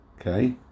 Okay